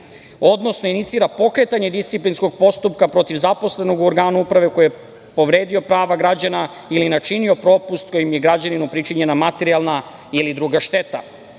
odnosno inicira pokretanje disciplinskog postupka protiv zaposlenog u organu uprave koji je povredio prava građana ili načinio propust kojim je građaninu pričinjena materijalna ili druga šteta,